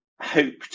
hoped